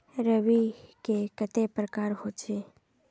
रवि के कते प्रकार होचे?